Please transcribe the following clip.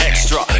Extra